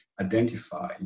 identify